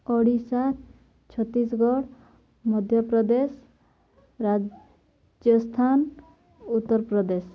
Odisha Chhattisgarh Madhya Pradesh Rajasthan Uttar Pradesh